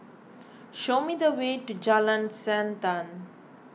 show me the way to Jalan Siantan